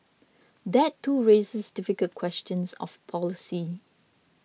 that too raises difficult questions of policy